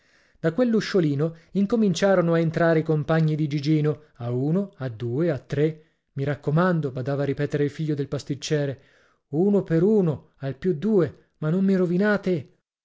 frequentato da quell'usciolino incominciarono a entrare i compagni di gigino a uno a due a tre i raccomando badava a ripetere il figlio del pasticcere uno per uno al più due ma non mi rovinate